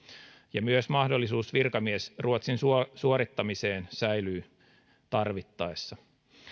ja myös mahdollisuus virkamiesruotsin suorittamiseen säilyy tarvittaessa